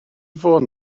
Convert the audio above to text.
fôn